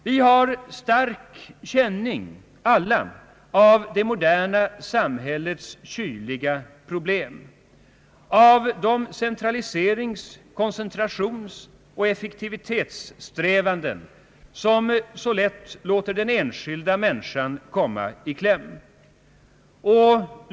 Vi har Allmänpolitisk debatt alla stark känning av det moderna samhällets kyliga problem, av de centraliserings-, koncentrationsoch effektivitetssträvanden som så lätt låter den enskilda människan komma i kläm.